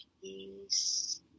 peace